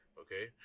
Okay